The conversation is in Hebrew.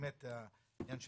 אותן מול